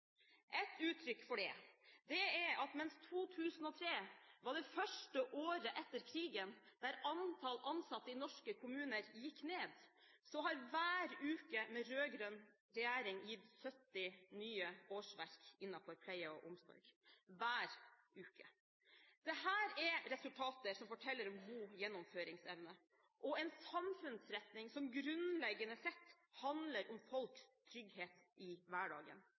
Et uttrykk for det er at mens 2003 var det første året etter krigen der antall ansatte i norske kommuner gikk ned, har hver uke med rød-grønn regjering gitt 70 nye årsverk innenfor pleie- og omsorg – hver uke. Dette er resultater som forteller om god gjennomføringsevne og en samfunnsretning som grunnleggende sett handler om folks trygghet i hverdagen.